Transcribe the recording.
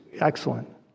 excellent